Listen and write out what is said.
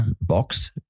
box